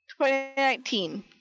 2019